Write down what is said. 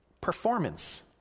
performance